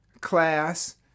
class